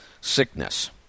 sickness